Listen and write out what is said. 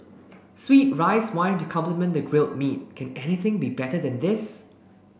sweet rice wine to complement the grilled meat can anything be better than this